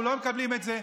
אנחנו לא מקבלים את זה.